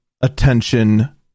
attention